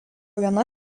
viena